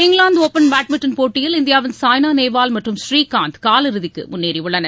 England open badminton போட்டியில் இந்தியாவின் சாய்னா நேவால் மற்றும் ஸ்ரீகாந்த் காலிறுதிக்கு முன்னேறி உள்ளனர்